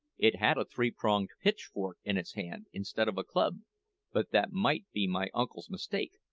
it had a three-pronged pitchfork in its hand instead of a club but that might be my uncle's mistake,